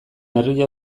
herria